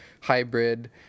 hybrid